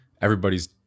everybody's